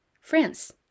France